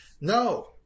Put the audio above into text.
No